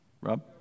Rob